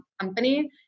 company